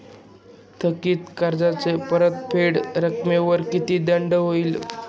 थकीत कर्जाच्या परतफेड रकमेवर किती दंड होईल?